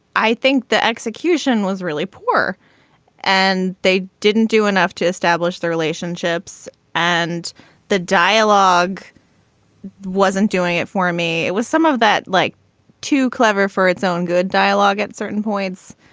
i think the execution was really poor and they didn't do enough to establish the relationships and the dialogue wasn't doing it for me. it was some of that like too clever for its own good dialogue at certain points.